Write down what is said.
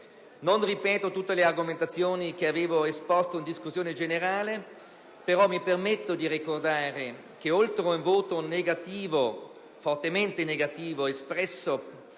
Non ripeterò tutte le argomentazioni che avevo svolto in discussione generale, però mi permetto di ricordare che, oltre al voto fortemente contrario espresso